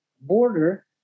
border